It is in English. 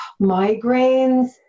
migraines